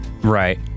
right